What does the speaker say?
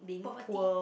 poverty